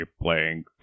playing